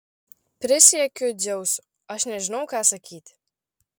prisiekiu dzeusu aš nežinau ką sakyti